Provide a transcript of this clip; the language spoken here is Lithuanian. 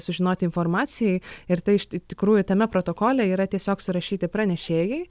sužinoti informacijai ir tai iš tikrųjų tame protokole yra tiesiog surašyti pranešėjai